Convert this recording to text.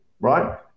right